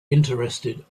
interested